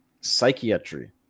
psychiatry